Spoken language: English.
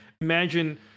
imagine